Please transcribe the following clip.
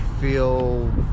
feel